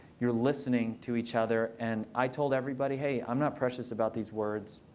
you're listening to each other. and i told everybody, hey, i'm not precious about these words.